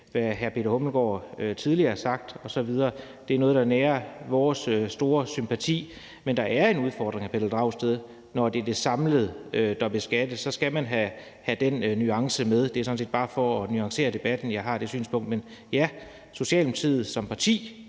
som hr. Peter Hummelgaard tidligere har sagt osv., er noget, der har vores store sympati. Men der er en udfordring, hr. Pelle Dragsted, når det er det samlede, der beskattes. Så man skal have den nuance med. Det er sådan set bare for at nuancere debatten, at jeg kommer med det synspunkt. Men ja, Socialdemokratiet som parti